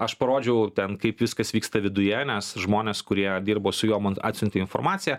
aš parodžiau ten kaip viskas vyksta viduje nes žmonės kurie dirbo su juo man atsiuntė informaciją